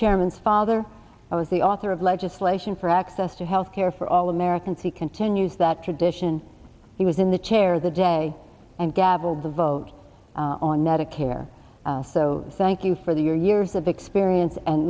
chairman father i was the author of legislation for access to health care for all americans he continues that tradition he was in the chair the day and gavel the vote on medicare so thank you for the your years of experience and